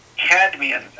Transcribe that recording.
cadmium